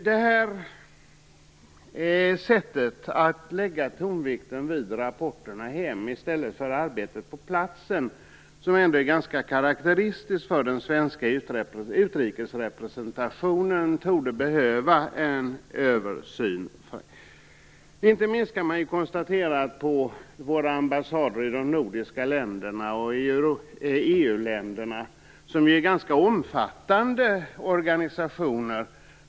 Detta sätt att lägga tonvikten vid rapporterna hem i stället för på arbetet på platsen, vilket är ganska karaktäristiskt för den svenska utrikesrepresentationen, torde behöva en översyn. Våra ambassader i de nordiska länderna och i EU länderna är ganska omfattande organisationer.